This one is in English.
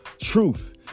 truth